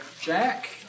Jack